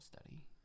study